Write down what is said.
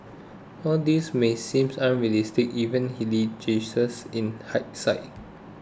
all this may seem unrealistic even in hindsight